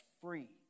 free